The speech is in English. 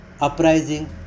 uprising